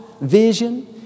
vision